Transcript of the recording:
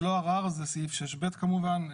זה לא ערר, זה סעיף 6(ב) כמובן.